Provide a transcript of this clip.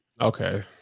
Okay